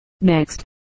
Next